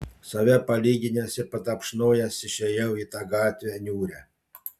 save palyginęs ir patapšnojęs išėjau į tą gatvę niūrią